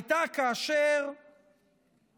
הייתה כאשר